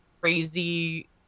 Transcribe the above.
crazy